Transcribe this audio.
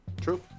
true